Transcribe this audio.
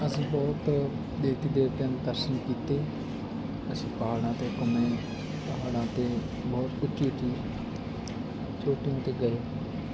ਅਸੀਂ ਬਹੁਤ ਦੇਵੀ ਦੇਵਤਿਆਂ ਦੇ ਦਰਸ਼ਨ ਕੀਤੇ ਅਸੀਂ ਪਹਾੜਾਂ 'ਤੇ ਘੁੰਮੇ ਪਹਾੜਾਂ 'ਤੇ ਬਹੁਤ ਉੱਚੀ ਉੱਚੀ ਚੋਟੀਆਂ 'ਤੇ ਗਏ